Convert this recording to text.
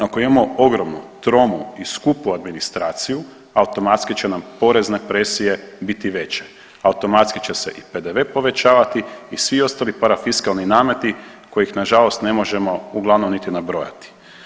Ako imamo ogromnu, tromu i skupu administraciju, automatski će nam porezne presije biti veće, automatski će i PDV povećavati i svi ostali parafiskalni nameti kojih nažalost ne možemo uglavnom niti nabrojati.